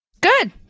good